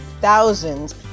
thousands